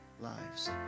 lives